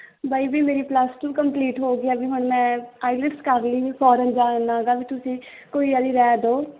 ਬਾਈ ਜੀ ਮੇਰੀ plus two complete ਹੋ ਗਈ ਆ ਵੀ ਹੁਣ ਮੈਂ ਆਈਲੈਟਸ ਕਰ ਲਈ ਵੀ ਫੋਰਨ ਜਾਣ ਤੁਸੀਂ ਕੋਈ ਵਾਲੀ ਰਾਏ ਦੋ